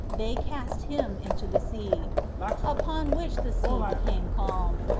they cast him into the sea upon which the sea became calm.